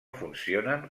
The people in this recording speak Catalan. funcionen